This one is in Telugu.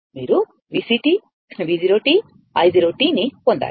మీరు VC V0 i0 ని పొందాలి